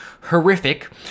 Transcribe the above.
horrific